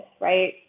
right